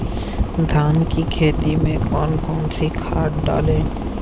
धान की खेती में कौन कौन सी खाद डालें?